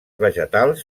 vegetals